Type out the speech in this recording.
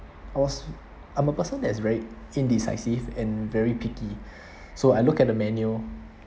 I was I'm a person that's very indecisive and very picky so I looked at the menu